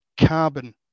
carbon